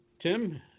Tim